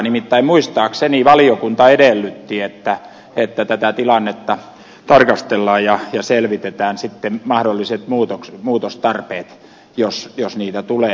nimittäin muistaakseni valiokunta edellytti että tätä tilannetta tarkastellaan ja selvitetään sitten mahdolliset muutostarpeet jos niitä tulee